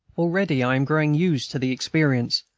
already i am growing used to the experience,